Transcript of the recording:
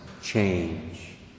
change